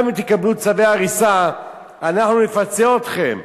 גם אם תקבלו צווי הריסה, אנחנו נפצה אתכם.